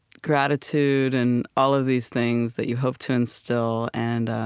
gratitude and all of these things that you hope to instill, and,